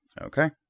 Okay